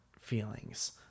feelings